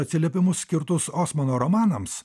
atsiliepimus skirtus osmano romanams